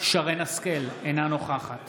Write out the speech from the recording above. שרן מרים השכל, אינה נוכחת